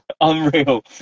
Unreal